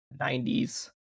90s